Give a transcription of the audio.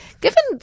Given